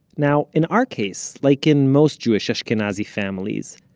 now in our case, like in most jewish ashkenazi families,